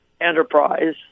enterprise